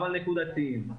אבל נקודתיים.